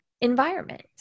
environment